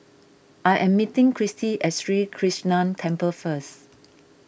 I am meeting Christy at Sri Krishnan Temple first